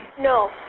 No